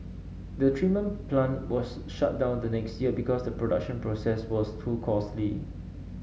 the treatment plant was shut down the next year because the production process was too costly